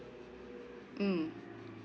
mm